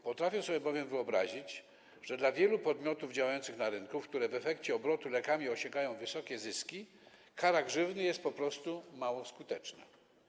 Potrafię wyobrazić sobie, że w przypadku wielu podmiotów działających na rynku, które w efekcie obrotu lekami osiągają wysokie zyski, kara grzywny jest po prostu mało skuteczna.